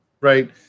Right